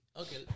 Okay